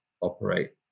operate